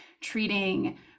treating